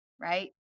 right